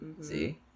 see